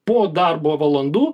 po darbo valandų